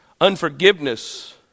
Unforgiveness